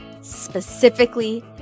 specifically